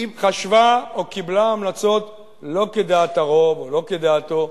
חשבה או קיבלה המלצות לא כדעת הרוב או לא כדעתו.